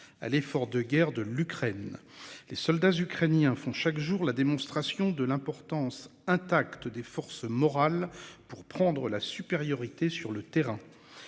à l'effort de guerre de l'Ukraine. Les soldats ukrainiens font chaque jour la démonstration de l'importance intact des forces morales pour prendre la supériorité sur le terrain.